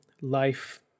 life